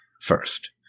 first